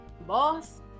Boss